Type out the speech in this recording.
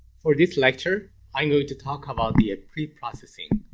for this lecture, i'm going to talk about the ah preprocessing.